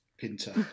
Pinter